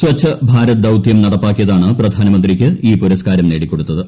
സ്വച്ച് ഭാരത് ദൌതൃം നടപ്പാക്കിയതാണ് പ്രധാനമന്ത്രിയ്ക്ക് ഈ പുരസ്കാരം നേടിക്കൊടുത്തത്